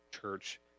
church